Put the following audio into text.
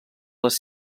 les